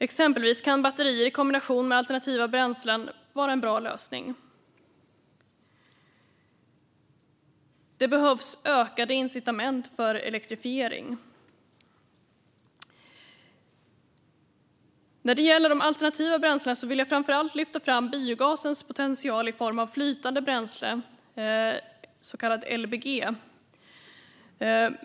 Exempelvis kan batterier i kombination med alternativa bränslen vara en bra lösning. Det behövs ökade incitament för elektrifiering. När det gäller de alternativa bränslena vill jag framför allt lyfta fram biogasens potential i form av flytande bränsle, så kallad LBG.